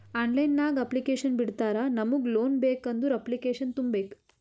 online ನಾಗ್ application ಬಿಡ್ತಾರಾ ನಮುಗ್ ಲೋನ್ ಬೇಕ್ ಅಂದುರ್ ಅಪ್ಲಿಕೇಶನ್ ತುಂಬೇಕ್